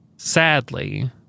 Sadly